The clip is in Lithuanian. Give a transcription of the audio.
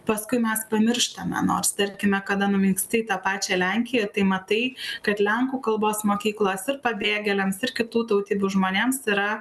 paskui mes pamirštame nors tarkime kada nuvyksti į tą pačią lenkiją tai matai kad lenkų kalbos mokyklos ir pabėgėliams ir kitų tautybių žmonėms yra